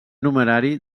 numerari